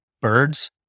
birds